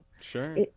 sure